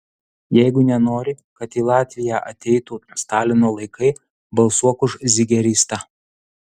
jeigu nenori kad į latviją ateitų stalino laikai balsuok už zigeristą